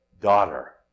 daughter